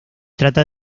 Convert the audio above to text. trata